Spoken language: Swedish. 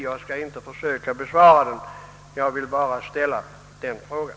Jag skall inte försöka besvara den. Jag vill bara ställa den frågan.